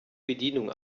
bedienung